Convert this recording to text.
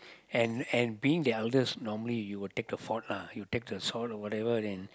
and and being the eldest normally you will you take the fork you take the salt or whatever and